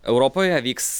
europoje vyks